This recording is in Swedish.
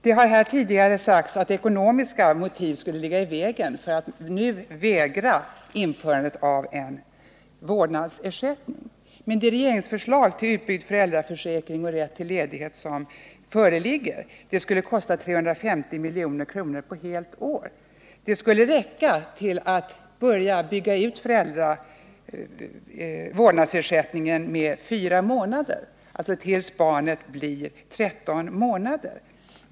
Det har här tidigare sagts att ekonomiska motiv skulle ligga i vägen för att nu införa en vårdnadsersättning. Men det regeringsförslag om utbyggd föräldraförsäkring och rätt till ledighet som föreligger skulle kostat 350 miljoner för ett helt år, och det skulle räcka till en vårdnadsersättning på fyra månader som således skulle gälla tills barnet blev 13 månader.